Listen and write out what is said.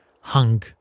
hung